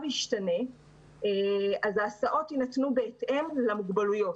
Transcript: ישתנה אז ההסעות יינתנו בהתאם למוגבלויות.